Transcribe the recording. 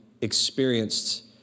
experienced